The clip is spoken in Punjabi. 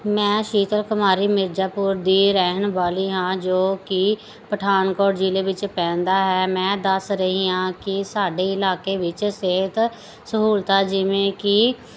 ਮੈਂ ਸ਼ੀਤਲ ਕੁਮਾਰੀ ਮਿਰਜ਼ਾਪੁਰ ਦੀ ਰਹਿਣ ਵਾਲੀ ਹਾਂ ਜੋ ਕਿ ਪਠਾਨਕੋਟ ਜ਼ਿਲ੍ਹੇ ਵਿੱਚ ਪੈਂਦਾ ਹੈ ਮੈਂ ਦੱਸ ਰਹੀ ਹਾਂ ਕਿ ਸਾਡੇ ਇਲਾਕੇ ਵਿੱਚ ਸਿਹਤ ਸਹੂਲਤਾਂ ਜਿਵੇਂ ਕਿ